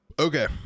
okay